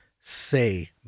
say